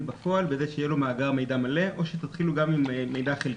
בפועל בזה שיהיה לו מאגר מידע מלא או שתתחילו גם עם מידע חלקי?